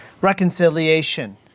Reconciliation